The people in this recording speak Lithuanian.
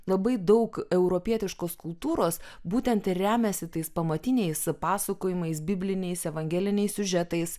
labai daug europietiškos kultūros būtent ir remiasi tais pamatiniais pasakojimais bibliniais evangeliniais siužetais